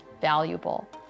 valuable